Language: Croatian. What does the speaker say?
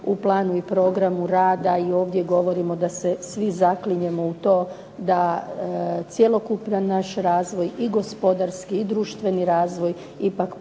u planu i programu rada i ovdje govorimo da se svi zaklinjemo u to da cjelokupan naš razvoj i gospodarski i društveni razvoj ipak